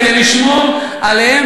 כדי לשמור עליהם,